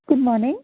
good morning